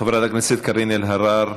חברת הכנסת קארין אלהרר,